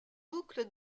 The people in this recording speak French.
boucles